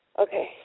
okay